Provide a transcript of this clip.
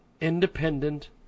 independent